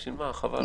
חבל.